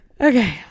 Okay